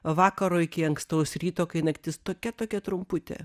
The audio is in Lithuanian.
vakaro iki ankstaus ryto kai naktis tokia tokia trumputė